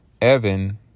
Evan